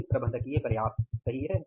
फिर प्रबंधकीय प्रयास सही है